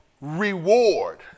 reward